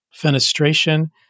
fenestration